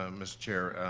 um miss chair,